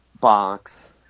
box